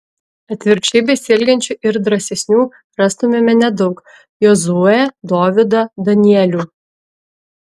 atvirkščiai besielgiančių ir drąsesnių rastumėme nedaug jozuę dovydą danielių